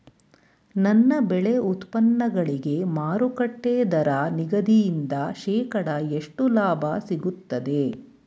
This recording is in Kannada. ನನ್ನ ಬೆಳೆ ಉತ್ಪನ್ನಗಳಿಗೆ ಮಾರುಕಟ್ಟೆ ದರ ನಿಗದಿಯಿಂದ ಶೇಕಡಾ ಎಷ್ಟು ಲಾಭ ಸಿಗುತ್ತದೆ?